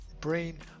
brain